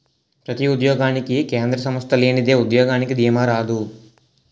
ప్రతి ఉద్యోగానికి కేంద్ర సంస్థ లేనిదే ఉద్యోగానికి దీమా రాదు